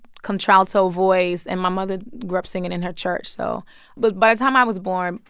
contralto voice. and my mother grew up singing in her church. so but by the time i was born,